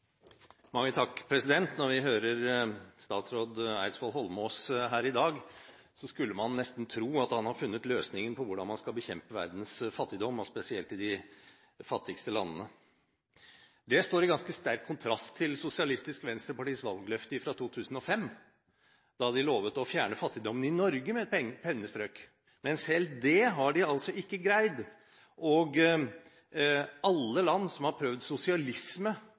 man nesten tro at han har funnet løsningen på hvordan man skal bekjempe verdens fattigdom, og spesielt i de fattigste landene. Det står i ganske sterk kontrast til SVs valgløfte fra 2005, da de lovet å fjerne fattigdommen i Norge med et pennestrøk. Men selv det har de altså ikke greid. Alle land som har prøvd sosialisme